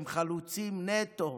הם חלוצים נטו.